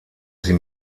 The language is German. sie